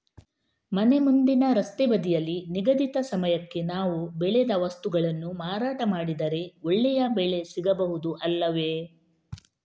ಮನೆ ಮುಂದಿನ ರಸ್ತೆ ಬದಿಯಲ್ಲಿ ನಿಗದಿತ ಸಮಯಕ್ಕೆ ನಾವು ಬೆಳೆದ ವಸ್ತುಗಳನ್ನು ಮಾರಾಟ ಮಾಡಿದರೆ ಒಳ್ಳೆಯ ಬೆಲೆ ಸಿಗಬಹುದು ಅಲ್ಲವೇ?